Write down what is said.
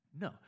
No